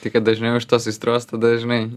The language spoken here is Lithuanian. tai kad dažniau iš tos aistros tada žinai